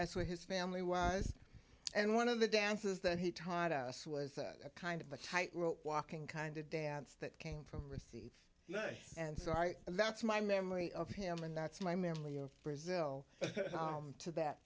that's where his family was and one of the dances that he taught us was a kind of a tightrope walking kind of dance that came from when yeah and so far that's my memory of him and that's my memory of brazil to that